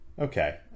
okay